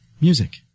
music